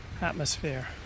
atmosphere